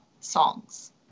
songs